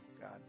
god